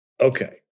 Okay